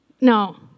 no